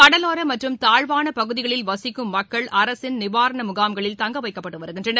கடலோர மற்றும் தாழ்வான பகுதிகளில் வசிக்கும் மக்கள் அரசின் நிவாரண முகாம்களில் தங்க வைக்கப்பட்டு வருகின்றனர்